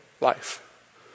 life